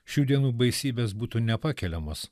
šių dienų baisybės būtų nepakeliamos